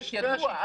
ידוע,